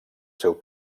seu